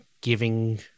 giving